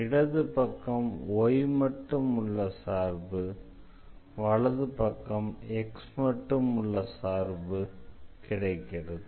இடது பக்கம் y மட்டும் உள்ள சார்பு வலது பக்கம் x மட்டும் உள்ள சார்பு கிடைக்கிறது